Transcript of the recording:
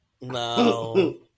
No